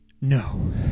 No